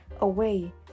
away